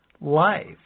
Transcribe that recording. life